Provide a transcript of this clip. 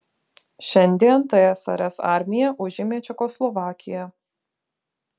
šiandien tsrs armija užėmė čekoslovakiją